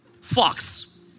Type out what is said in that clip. fox